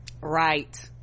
right